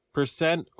Percent